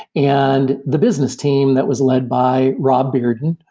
and the business team that was led by rob bearden,